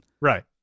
Right